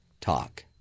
talk